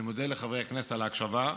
אני מודה לחברי הכנסת על ההקשבה.